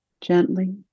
Gently